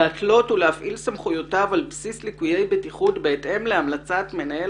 להתלות ולהפעיל סמכויותיו על בסיס ליקויי בטיחות בהתאם להמלצת מינהל